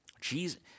Jesus